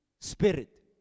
spirit